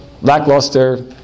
lackluster